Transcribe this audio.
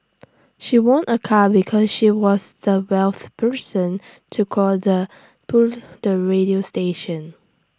she won A car because she was the wealth person to call the the radio station